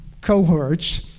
cohorts